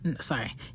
Sorry